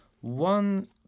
One